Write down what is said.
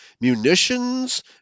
munitions